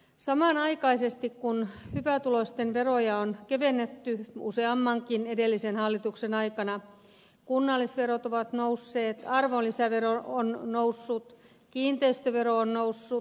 samanaikaisesti kun hyvätuloisten veroja on kevennetty useammankin edellisen hallituksen aikana kunnallisverot ovat nousseet arvonlisävero on noussut kiinteistövero on noussut